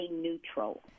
neutral